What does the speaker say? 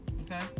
okay